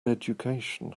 education